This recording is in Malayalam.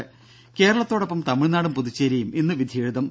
ദേദ കേരളത്തോടൊപ്പം തമിഴ്നാടും പുതുച്ചേരിയും ഇന്ന് വിധിയെഴുതും